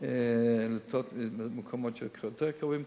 לתת למקומות יותר קרובים.